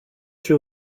she